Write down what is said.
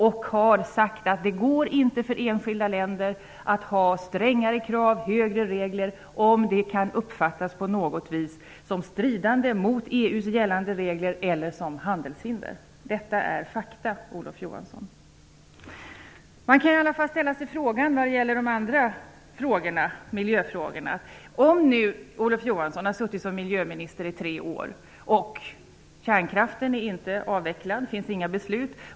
Enskilda länder kan inte ha högre krav och strängare regler om det kan uppfattas som stridande mot EU:s gällande regler eller som handelshinder. Detta är fakta, Olof Man kan i alla fall diskutera de andra miljöfrågorna. Olof Johansson har nu suttit som miljöminister i tre år. Kärnkraften är inte är avvecklad, och det har inte fattats några beslut.